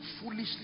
Foolishly